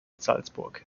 salzburg